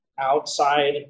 outside